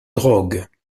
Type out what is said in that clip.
drogue